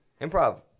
Improv